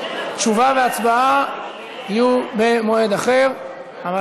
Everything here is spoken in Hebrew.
תשובה והצבעה יהיו במועד אחר.